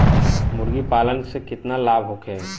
मुर्गीपालन से केतना लाभ होखे?